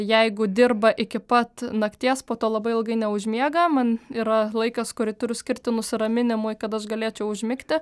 jeigu dirba iki pat nakties po to labai ilgai neužmiega man yra laikas kurį turiu skirti nusiraminimui kad aš galėčiau užmigti